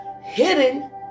hidden